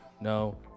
no